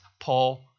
Paul